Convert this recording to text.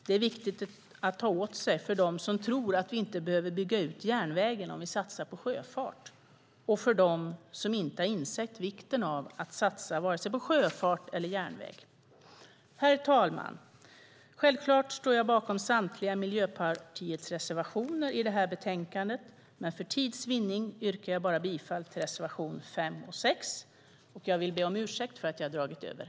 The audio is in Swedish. Det är viktigt att ta åt sig för dem som tror att vi inte behöver bygga ut järnvägen om vi satsar på sjöfart, och för dem som inte har insett vikten av att satsa på vare sig sjöfart eller järnväg. Herr talman! Självklart står jag bakom samtliga Miljöpartiets reservationer i det här betänkandet, men för tids vinnande yrkar jag bifall bara till reservationerna 5 och 6.